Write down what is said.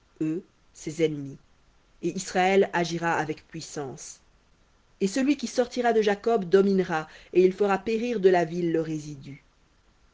ses ennemis et israël agira avec puissance et celui qui sortira de jacob dominera et il fera périr de la ville le résidu